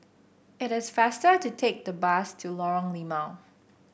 it is faster to take the bus to Lorong Limau